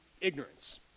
ignorance